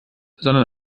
sondern